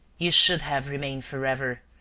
you should have remained forever,